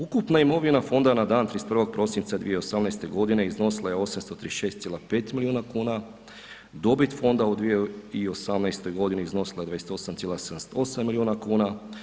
Ukupna imovina fonda na dan 31. prosinca 2018.g. iznosila je 836,5 milijuna kuna, dobit fonda u 2018.g. iznosila je 28,78 milijuna kuna.